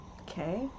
Okay